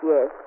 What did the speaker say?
Yes